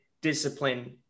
discipline